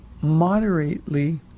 moderately